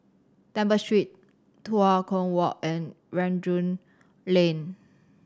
Temple Street Tua Kong Walk and Rangoon Lane